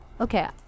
Okay